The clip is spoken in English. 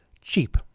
Cheap